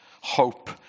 hope